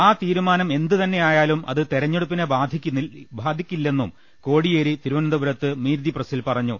ആ തീരുമാനം എന്തുതന്നെ ആയാലും അത് തെര ഞ്ഞെടുപ്പിനെ ബാധിക്കില്ലെന്നും കോടിയേരി തിരുവനന്തപുരത്ത് മീറ്റ് ദി പ്രസിൽ പറഞ്ഞു